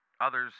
others